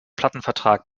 plattenvertrag